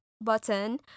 button